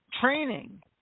training